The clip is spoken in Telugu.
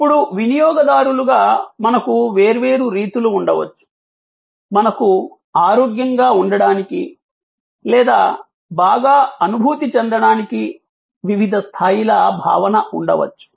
ఇప్పుడు వినియోగదారులుగా మనకు వేర్వేరు రీతులు ఉండవచ్చు మనకు ఆరోగ్యంగా ఉండటానికి లేదా బాగా అనుభూతి చెందడానికి వివిధ స్థాయిల భావన ఉండవచ్చు